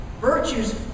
virtues